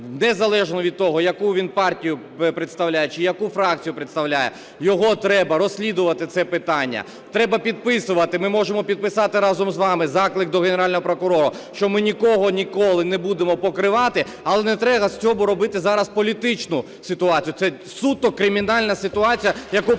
незалежно від того, яку він партію представляє чи яку фракцію представляє, треба розслідувати це питання. Треба підписувати? Ми можемо підписати разом з вами заклик до Генерального прокурора, що ми нікого ніколи не будемо покривати. Але не треба зараз робити на цьому політичну ситуацію, це суто кримінальна ситуація, яку потрібно